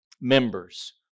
members